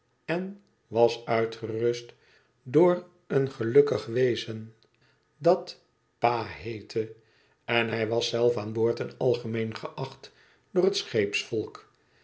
en was uitgerust door een gelukkig wezen dat pa heette en hij was zelf aan boord en algemeen geacht door het